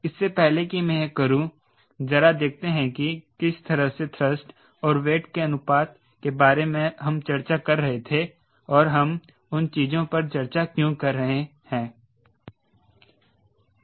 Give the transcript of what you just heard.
इससे पहले कि मैं यह करूं ज़रा देखते कि हम किस तरह से थ्रस्ट और वेट के अनुपात के बारे में चर्चा कर रहे थे और हम उन चीजों पर चर्चा क्यों कर रहे हैं